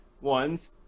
ones